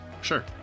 Sure